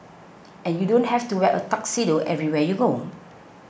and you don't have to wear a tuxedo everywhere you go